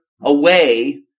away